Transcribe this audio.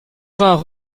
vingts